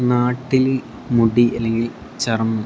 നാട്ടിൽ മുടി അല്ലെങ്കിൽ ചർമ്മം